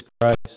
Christ